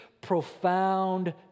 profound